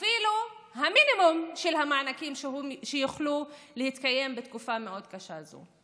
אפילו את המינימום של המענקים כדי שיוכלו להתקיים בתקופה מאוד קשה זו.